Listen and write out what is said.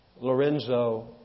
Lorenzo